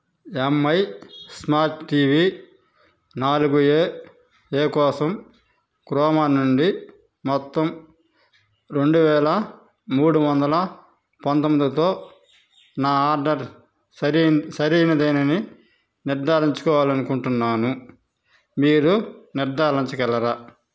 MI smart TV నాలుగు A A కోసం క్రోమా నుండి మొత్తం రెండు వేల మూడు వందల పంతొమ్మిదితో నా ఆర్డర్ సరైన సరైనదేనని నిర్ధారించుకోవాలనుకుంటున్నాను మీరు నిర్ధారించగలరా